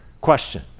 question